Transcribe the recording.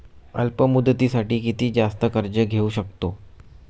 अल्प मुदतीसाठी किती जास्त कर्ज घेऊ शकतो?